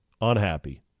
unhappy